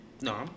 No